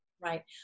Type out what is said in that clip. right